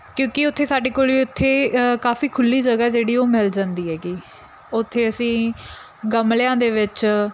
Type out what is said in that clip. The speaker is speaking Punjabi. ਕਿਉਂਕਿ ਉੱਥੇ ਸਾਡੇ ਕੋਲ ਉੱਥੇ ਕਾਫੀ ਖੁੱਲ੍ਹੀ ਜਗ੍ਹਾ ਜਿਹੜੀ ਉਹ ਮਿਲ ਜਾਂਦੀ ਹੈਗੀ ਉੱਥੇ ਅਸੀਂ ਗਮਲਿਆਂ ਦੇ ਵਿੱਚ